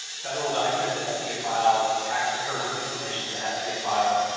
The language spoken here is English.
federal documents that have to get filed tax return information that has to get filed.